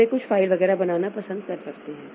तो वे कुछ फ़ाइल वगैरह बनाना पसंद कर सकते हैं